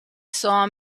saw